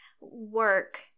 work